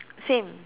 same